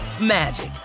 magic